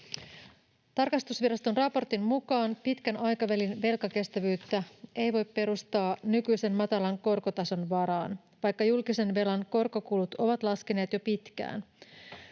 Tarkastusviraston raportin mukaan pitkän aikavälin velkakestävyyttä ei voi perustaa nykyisen matalan korkotason varaan, vaikka julkisen velan korkokulut ovat laskeneet jo pitkään.